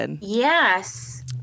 Yes